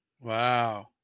Wow